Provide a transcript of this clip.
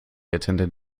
attended